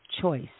choice